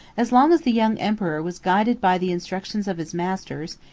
as long as the young emperor was guided by the instructions of his masters,